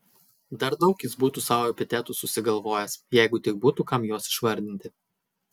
dar daug jis būtų sau epitetų susigalvojęs jeigu tik būtų kam juos išvardinti